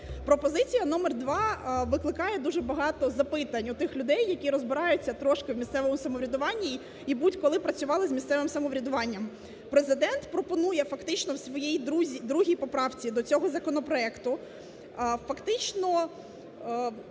Пропозиція номер два викликає дуже багато запитань у тих людей, які розбираються трошки у місцевому самоврядуванні і будь-коли працювали з місцевим самоврядуванням. Президент пропонує фактично у своїй другій поправці до цього законопроекту фактично